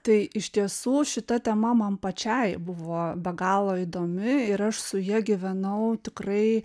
tai iš tiesų šita tema man pačiai buvo be galo įdomi ir aš su ja gyvenau tikrai